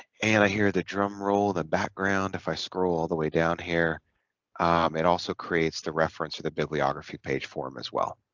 and i hear the drum roll the background if i scroll all the way down here it also creates the reference for the bibliography page form as well